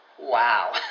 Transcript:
wow